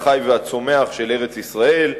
החי והצומח של ארץ-ישראל,